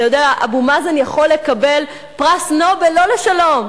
אתה יודע, אבו מאזן יכול לקבל פרס נובל, לא לשלום,